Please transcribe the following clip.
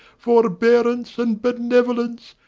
forbearance, and benevolence,